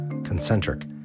Concentric